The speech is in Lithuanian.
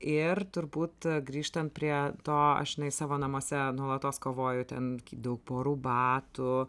ir turbūt grįžtant prie to aš savo namuose nuolatos kovoju ten daug porų batų